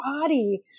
body